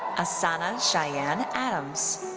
asana cheyanne adams.